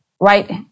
right